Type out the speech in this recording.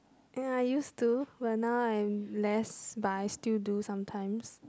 ya used to but now I'm less but I still do sometimes